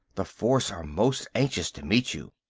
the force are most anxious to meet you.